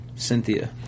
cynthia